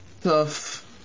tough